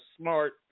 smart